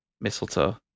Mistletoe